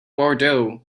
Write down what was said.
bordeaux